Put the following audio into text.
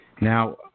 Now